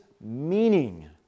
meaning